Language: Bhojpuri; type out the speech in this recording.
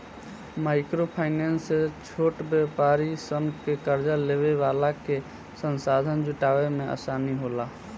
माइक्रो फाइनेंस से छोट व्यापारी सन के कार्जा लेवे वाला के संसाधन जुटावे में आसानी होला